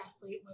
athlete